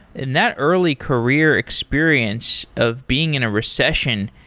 in that early career experience of being in a recession,